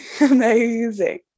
Amazing